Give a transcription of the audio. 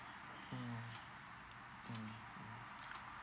mm mm mm